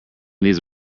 these